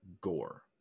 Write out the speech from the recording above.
gore